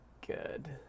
good